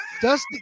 Dusty